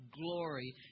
glory